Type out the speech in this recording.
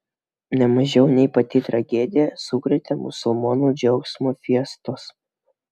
ne mažiau nei pati tragedija sukrėtė musulmonų džiaugsmo fiestos